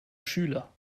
schüler